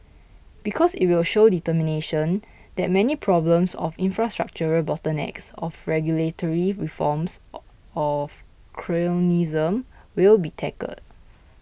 because it will show determination that many problems of infrastructural bottlenecks of regulatory reforms a of cronyism will be tackled